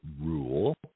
rule